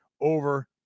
over